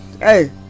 hey